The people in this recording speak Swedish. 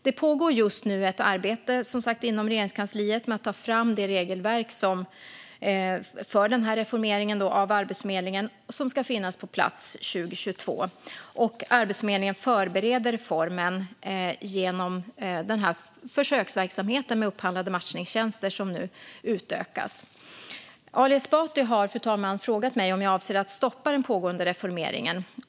Det pågår just nu ett arbete, som sagt, inom Regeringskansliet med att ta fram det regelverk för reformeringen av Arbetsförmedlingen som ska finnas på plats 2022. Och Arbetsförmedlingen förbereder reformen genom försöksverksamheten med upphandlade matchningstjänster, som nu utökas. Ali Esbati har, fru talman, frågat mig om jag avser att stoppa den pågående reformeringen.